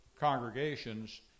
congregations